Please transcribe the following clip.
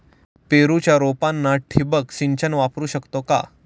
पेरूच्या रोपांना ठिबक सिंचन वापरू शकतो का?